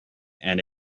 and